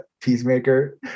Peacemaker